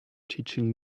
teaching